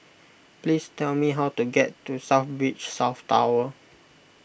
please tell me how to get to South Beach South Tower